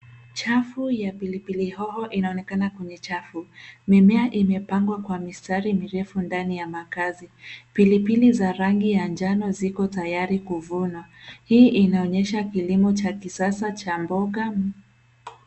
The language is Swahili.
Chafu ya pilipili hoho inaonekana kwenye chafu. Mimea imepangwa kwa mistari mirefu ndani ya makazi. Pilipili za rangi ya njano ziko tayari kuvunwa. Hii inaonyesha kilimo cha kisasa cha mboga.